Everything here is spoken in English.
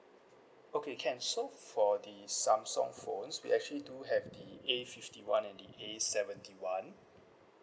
okay can so for the Samsung phones we actually do have the a fifty one and the a seventy one